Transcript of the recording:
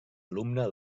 alumna